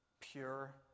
Pure